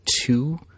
two